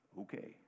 Okay